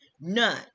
None